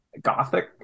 Gothic